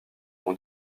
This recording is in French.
mon